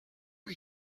kui